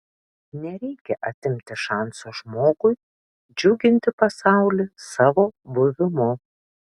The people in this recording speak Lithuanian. nereikia atimti šanso žmogui džiuginti pasaulį savo buvimu